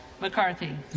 McCarthy